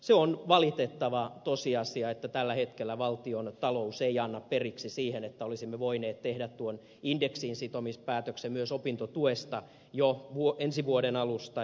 se on valitettava tosiasia että tällä hetkellä valtiontalous ei anna periksi siinä että olisimme voineet tehdä tuon indeksiinsitomispäätöksen myös opintotuesta jo ensi vuoden alusta